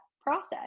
process